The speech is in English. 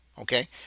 okay